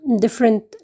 different